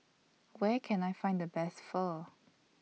Where Can I Find The Best Pho